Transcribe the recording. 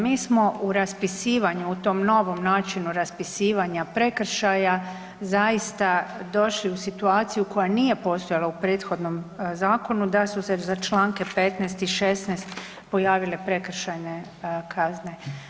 Mi smo u raspisivanju u tom novom načinu raspisivanja prekršaja zaista došli u situaciju koja nije postojala u prethodnom zakonu da su se za čl. 15. i 16. pojavile prekršajne kazne.